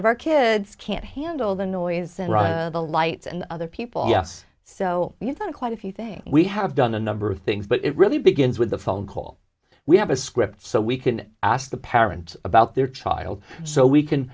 of our kids can't handle the noise and run the lights and other people yes so you've got quite a few things we have done a number of things but it really begins with the phone call we have a script so we can ask the parent about their child so we can